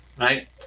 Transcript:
right